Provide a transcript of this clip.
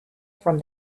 from